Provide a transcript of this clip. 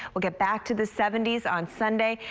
we'll get back to the seventy s on sunday.